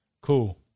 Cool